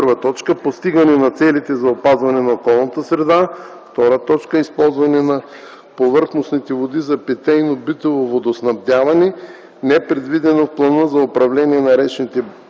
постигане на целите за опазване на околната среда; 2. използване на повърхностните води за питейно-битово водоснабдяване, непредвидено в плана за управление на речния басейн;